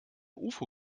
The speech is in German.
ufo